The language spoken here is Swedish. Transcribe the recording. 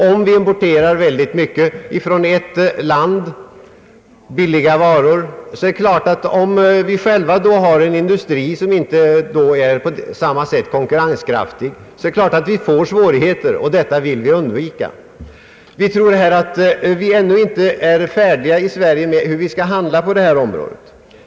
Om vi importerar mycket billiga varor från ett land och vi själva har en industri som inte är konkurrenskraftig på samma sätt, är det klart att vi får svårigheter. Detta vill vi undvika. Vi tror att vi ännu inte i Sverige är på det klara med hur vi skall handla på detta område.